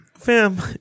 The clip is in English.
fam